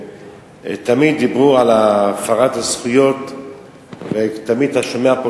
תמיד דיברו על הפרת הזכויות ותמיד אתה שומע פה